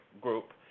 group